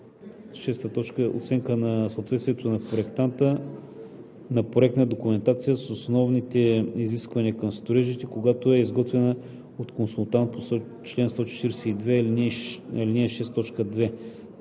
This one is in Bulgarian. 6. оценка на съответствието на проектната документация с основните изисквания към строежа, когато е изготвена от консултант по чл. 142, ал.